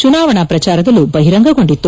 ಚುನಾವಣಾ ಪ್ರಚಾರದಲ್ಲೂ ಬಹಿರಂಗೊಂಡಿತ್ತು